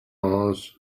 mars